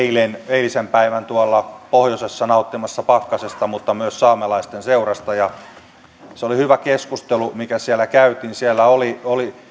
eilisen päivän tuolla pohjoisessa nauttimassa pakkasesta mutta myös saamelaisten seurasta se oli hyvä keskustelu mikä siellä käytiin siellä oli oli